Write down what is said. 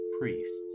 priests